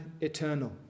eternal